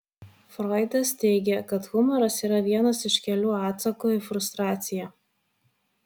froidas teigė kad humoras yra vienas iš kelių atsakų į frustraciją